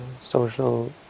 social